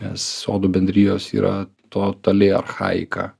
nes sodų bendrijos yra totali archaika